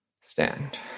stand